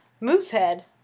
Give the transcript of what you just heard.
Moosehead